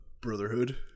brotherhood